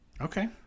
Okay